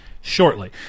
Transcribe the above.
shortly